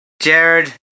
Jared